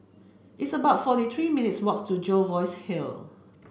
it's about forty three minutes' walk to Jervois Hill